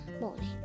morning